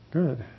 Good